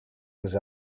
els